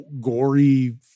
gory